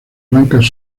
blancas